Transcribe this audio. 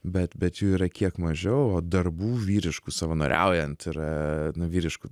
bet bet jų yra kiek mažiau o darbų vyriškų savanoriaujant yra na vyriškų